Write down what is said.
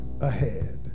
ahead